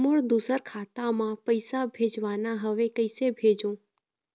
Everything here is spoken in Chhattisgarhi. मोर दुसर खाता मा पैसा भेजवाना हवे, कइसे भेजों?